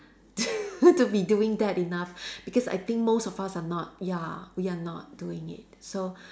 to be doing that enough because I think most of us are not ya we are not doing it so